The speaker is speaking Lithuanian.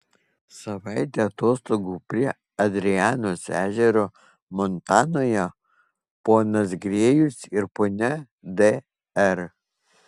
savaitė atostogų prie adrianos ežero montanoje ponas grėjus ir ponia d r